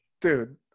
Dude